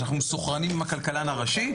שאנחנו מסונכרנים עם הכלכלן הראשי,